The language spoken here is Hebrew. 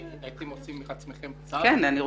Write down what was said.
הייתם עושים את עצמכם צד?